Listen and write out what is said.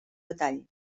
detall